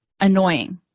annoying